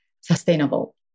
sustainable